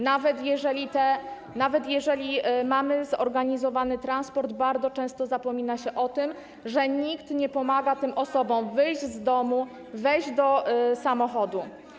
Nawet jeżeli jest zorganizowany transport, bardzo często zapomina się o tym, że nikt nie pomaga tym osobom wyjść z domu, wejść do samochodu.